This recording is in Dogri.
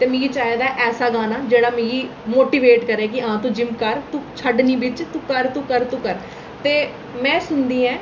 ते मिगी चाहिदा ऐसा गाना जेह्ड़ा मिगी मोटिवेट करै कि हां तूं जिम्म कर तू छोड़ निं बिच तूं कर तूं कर तूं कर ते में सुनदी आं